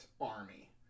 army